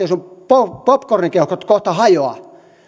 sinun popcorn keuhkot kohta hajoa